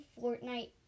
Fortnite